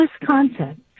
Wisconsin